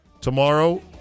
Tomorrow